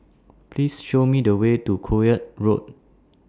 Please Show Me The Way to Koek Road